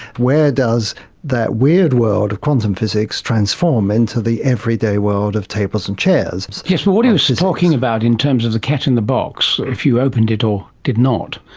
where does that weird world of quantum physics transform into the everyday world of tables and chairs. yes, well what he was talking about in terms of the cat in the box, if you opened it or did not,